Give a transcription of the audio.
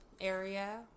area